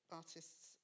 artists